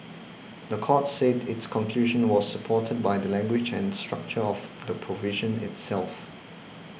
the court said its conclusion was supported by the language and structure of the provision itself